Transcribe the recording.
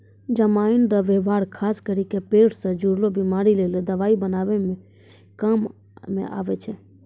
जमाइन रो वेवहार खास करी के पेट से जुड़लो बीमारी लेली दवाइ बनाबै काम मे आबै छै